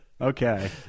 Okay